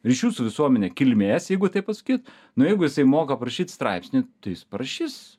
ryšių su visuomene kilmės jeigu taip pasakyt nu jeigu jisai moka parašyt straipsnį tai jis parašys